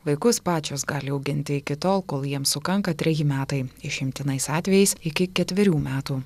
vaikus pačios gali auginti iki tol kol jiems sukanka treji metai išimtinais atvejais iki ketverių metų